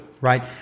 right